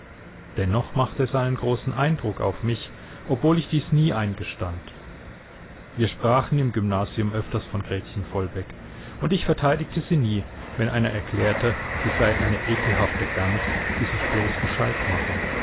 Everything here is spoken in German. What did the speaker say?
dennoch machte es einen großen eindruck auf mich obwohl ich dies nie eingestand wir sprachen im gymnasium öfters von gretchen vollbeck und ich verteidigte sie nie wenn einer erklärte sie sei eine ekelhafte gans die sich bloß gescheit mache